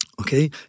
okay